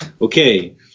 Okay